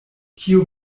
kiu